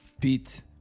Pete